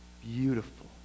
beautiful